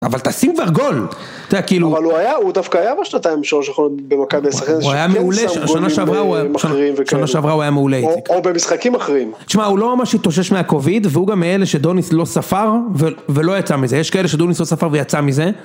אבל תשים כבר גול, אתה יודע כאילו... אבל הוא היה, הוא דווקא היה בשנתיים שלוש האחרונות ... סבלו עם אחרים וכאלה. הוא היה מעולה, שנה שעברה הוא היה מעולה. או במשחקים אחרים. תשמע, הוא לא ממש התאושש מהקוביד, והוא גם מאלה שדוניס לא ספר, ולא יצא מזה, יש כאלה שדוניס לא ספר ויצא מזה.